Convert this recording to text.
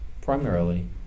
primarily